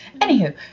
Anywho